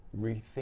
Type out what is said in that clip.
rethink